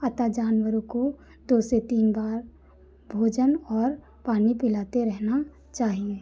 अतः जानवरों को दो से तीन बार भोजन और पानी पिलाते रहना चाहिए